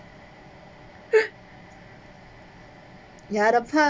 ya the part